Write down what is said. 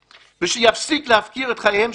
שנייה, שנייה.